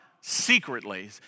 secretly